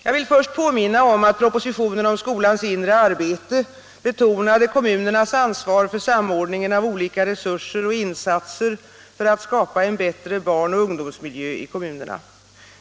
Jag vill först påminna om att propositionen om skolans inre arbete betonade kommunernas ansvar för samordningen av olika resurser och insatser för att skapa en bättre barnoch ungdomsmiljö i kommunerna.